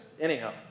Anyhow